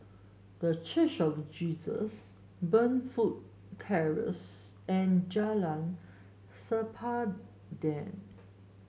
The Church of Jesus Burnfoot Terrace and Jalan Sempadan